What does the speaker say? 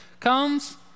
comes